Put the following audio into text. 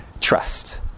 trust